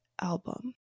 album